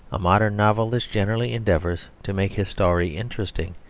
a modern novelist generally endeavours to make his story interesting,